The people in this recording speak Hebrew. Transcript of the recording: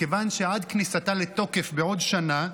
מכיוון שעד כניסתה לתוקף בעוד שנה,